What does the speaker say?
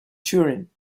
turin